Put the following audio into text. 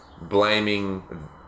blaming